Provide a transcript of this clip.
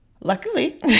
Luckily